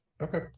okay